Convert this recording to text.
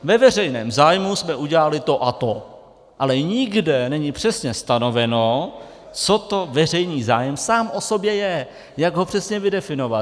Ve veřejném zájmu jsme udělali to a to, ale nikde není přesně stanoveno, co to veřejný zájem sám o sobě je, jak ho přesně vydefinovat.